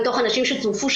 מתוך הנשים שצורופו,